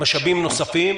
משאבים נוספים?